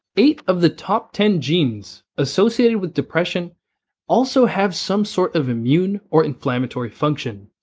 eight of the top ten genes associated with depression also have some sort of immune or inflammatory function.